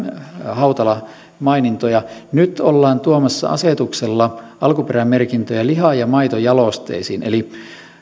hautala mainintoja nyt ollaan tuomassa asetuksella alkuperämerkintöjä liha ja maitojalosteisiin